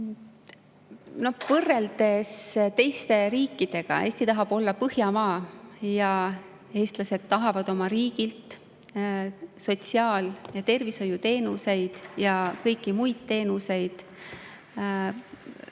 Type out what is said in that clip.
Võrdleme teiste riikidega. Eesti tahab olla Põhjamaa, eestlased tahavad oma riigilt sotsiaal-, tervishoiu- ja kõiki muid teenuseid